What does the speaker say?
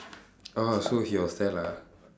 orh so he was there lah